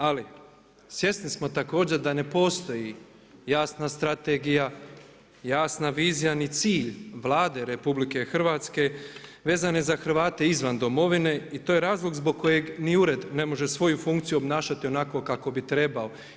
Ali, svjesni smo također da ne postoji jasna strategija, jasna vizija ni cilj Vlade RH vezane za Hrvate izvan Domovine i to je razlog zbog kojeg ni Ured ne može svoju funkciju obnašati onako kako bi trebao.